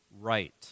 right